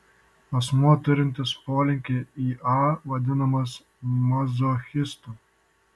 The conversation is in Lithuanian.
asmuo turintis polinkį į a vadinamas mazochistu